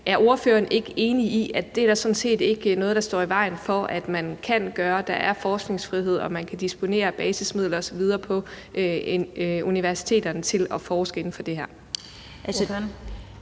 Er ordføreren ikke enig i, at det er der sådan set ikke noget der står i vejen for at man kan gøre? Der er forskningsfrihed, og man kan disponere basismidler osv. på universiteterne til at forske inden for det her.